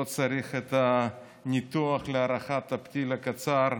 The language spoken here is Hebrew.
לא צריך את הניתוח להארכת הפתיל הקצר.